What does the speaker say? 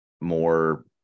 more